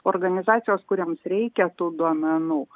organizacijos kurioms reikia tų duomenų